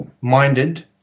minded